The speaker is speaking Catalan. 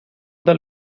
del